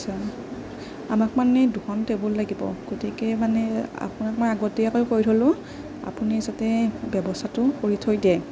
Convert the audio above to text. আচ্ছা আমাক মানে দুখন টেবুল লাগিব গতিকে মানে আপোনাক মই আগতীয়াকৈ কৈ থলোঁ আপুনি যাতে ব্যৱস্থাটো কৰি থৈ দিয়ে